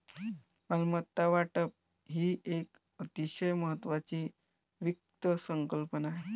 मालमत्ता वाटप ही एक अतिशय महत्वाची वित्त संकल्पना आहे